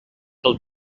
del